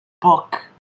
Book